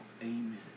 Amen